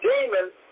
demons